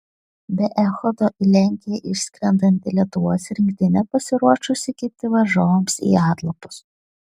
be echodo į lenkiją išskrendanti lietuvos rinktinė pasiruošusi kibti varžovams į atlapus